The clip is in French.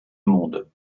monde